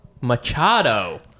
Machado